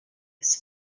his